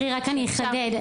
להלן תרגומם: אני רק אחדד.